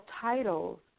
titles